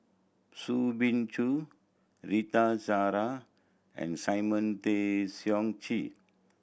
Soo Bin Chua Rita Zahara and Simon Tay Seong Chee